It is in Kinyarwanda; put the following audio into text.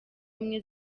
ubumwe